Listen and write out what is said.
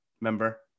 Remember